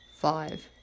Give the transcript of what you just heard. five